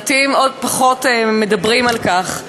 ומעטים עוד יותר מדברים על כך,